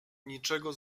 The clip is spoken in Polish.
niczego